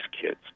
kids